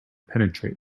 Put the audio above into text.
penetrate